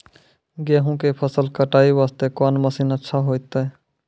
गेहूँ के फसल कटाई वास्ते कोंन मसीन अच्छा होइतै?